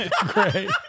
Great